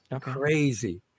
Crazy